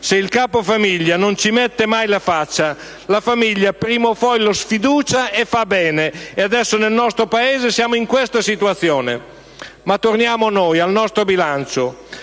se il capofamiglia non ci mette mai la faccia, la famiglia prima o poi lo sfiducia, e fa bene. Adesso nel nostro Paese siamo in questa situazione. Ma torniamo a noi, al nostro bilancio.